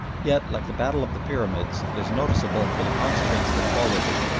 yet, like the battle of the pyramids, it is noticeable for the consequence that followed it,